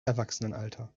erwachsenenalter